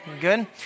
Good